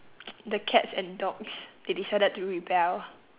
the cats and dogs they decided to rebel